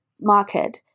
market